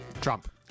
Trump